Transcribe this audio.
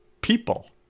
people